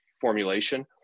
formulation